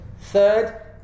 Third